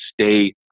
stay